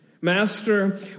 Master